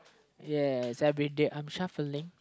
yes everyday I'm shuffling